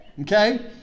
Okay